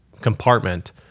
compartment